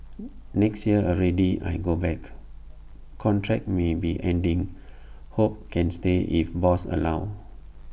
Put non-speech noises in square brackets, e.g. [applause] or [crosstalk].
[noise] next year already I got back contract maybe ending hope can stay if boss allow